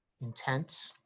intent